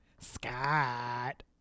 Scott